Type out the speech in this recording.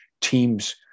teams